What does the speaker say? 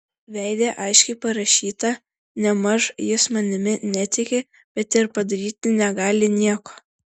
veide aiškiai parašyta nėmaž jis manimi netiki bet ir padaryti negali nieko